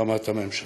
לרמת הממשלה.